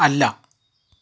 അല്ല